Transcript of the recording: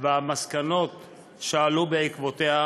והמסקנות שעלו בעקבותיה,